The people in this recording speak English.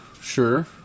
sure